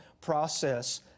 process